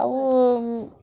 ଆଉ